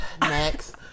Next